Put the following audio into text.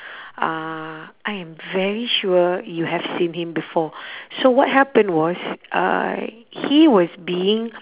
uh I am very sure you have seen him before so what happened was uh he was being